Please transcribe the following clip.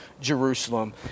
Jerusalem